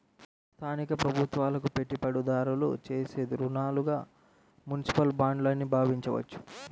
స్థానిక ప్రభుత్వాలకు పెట్టుబడిదారులు చేసే రుణాలుగా మునిసిపల్ బాండ్లు అని భావించవచ్చు